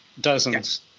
Dozens